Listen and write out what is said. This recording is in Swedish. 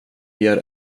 ger